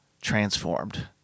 transformed